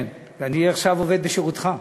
כן, אני עכשיו עובד בשירותך.